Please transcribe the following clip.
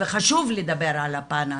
וחשוב לדבר על הפן האנושי.